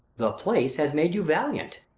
the place has made you valiant.